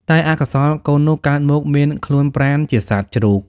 តែអកុសលកូននោះកើតមកមានខ្លួនប្រាណជាសត្វជ្រូក។